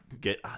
get